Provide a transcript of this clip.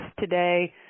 today